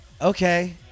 okay